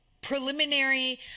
Preliminary